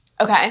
Okay